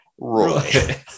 Roy